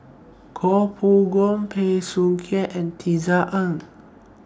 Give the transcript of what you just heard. Koh Poh Koon Bey Soo Khiang and Tisa Ng